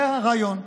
זה הרעיון.